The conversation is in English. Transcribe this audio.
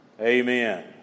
amen